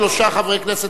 שלושה חברי כנסת,